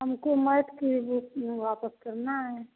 हमको मैथ की भी बुक वापस करना है